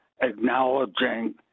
Acknowledging